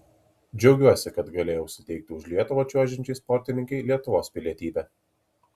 džiaugiuosi kad galėjau suteikti už lietuvą čiuožiančiai sportininkei lietuvos pilietybę